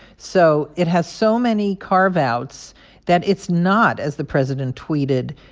so it has so many carve outs that it's not, as the president tweeted,